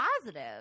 positive